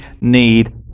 need